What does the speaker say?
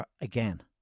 again